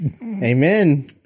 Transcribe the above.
Amen